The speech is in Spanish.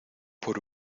por